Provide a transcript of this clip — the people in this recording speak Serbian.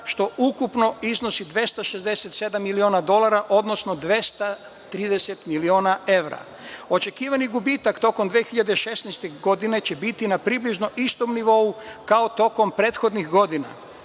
što ukupno iznosi 267 miliona dolara, odnosno 230 miliona evra. Očekivani gubitak tokom 2016. godine će biti na približno istom nivou, kao tokom prethodnih godina.